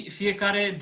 fiecare